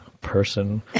person